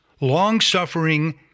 long-suffering